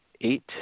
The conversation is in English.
eight